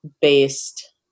based